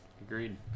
Agreed